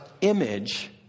image